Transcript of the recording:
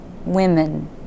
women